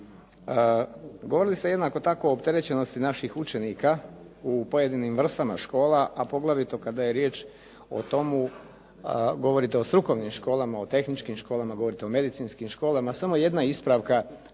Govorili ste jednako tako o opterećenosti naših učenika u pojedinim vrstama škola, a poglavito kada je riječ o tomu, govorite o strukovnim školama, o tehničkim školama, govorite o medicinskim školama. Samo je jedna ispravka.